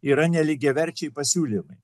yra nelygiaverčiai pasiūlymai